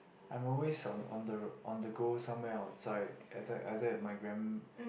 I'm always on on the on the go somewhere outside either either at my gram